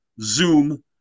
Zoom